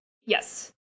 Yes